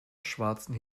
schwarzen